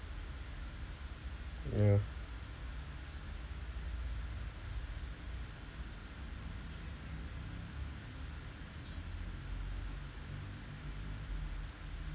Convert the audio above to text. ya